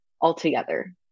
altogether